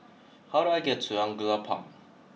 how do I get to Angullia Park